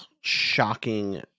shocking